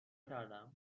کردم